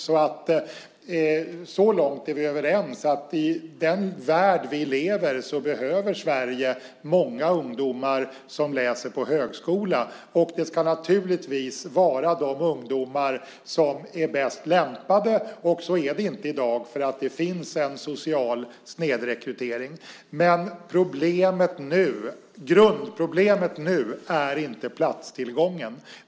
Vi är överens så långt att i den värld vi lever i behöver Sverige många ungdomar som läser på högskola, och det ska naturligtvis vara de ungdomar som är bäst lämpade. Så är det inte i dag eftersom det finns en social snedrekrytering. Grundproblemet nu är dock inte platstillgången.